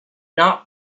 not